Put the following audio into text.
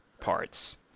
parts